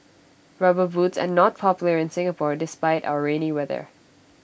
rubber boots are not popular in Singapore despite our rainy weather